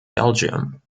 belgium